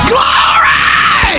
Glory